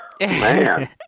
Man